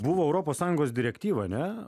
buvo europos sąjungos direktyva ane